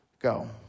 Go